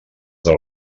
del